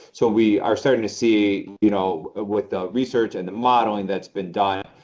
so we are starting to see, you know with the research and the modeling that's been done,